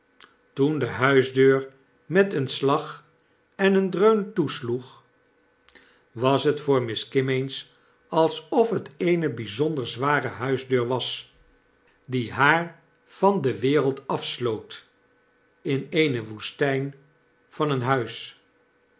toen de huisdeur met een slag en een dreun toesloeg was het voor miss kimmeens alsof t eene byzonder zware huisdeur was die haar van de wereld afsloot in eene woestijn van een huis